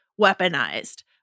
weaponized